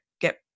get